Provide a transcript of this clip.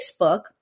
Facebook